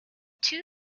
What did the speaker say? two